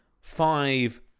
five